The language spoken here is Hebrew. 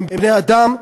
הם בני-אדם,